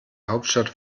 hauptstadt